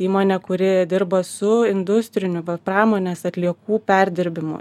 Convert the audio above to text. įmonė kuri dirba su industriniu pramonės atliekų perdirbimu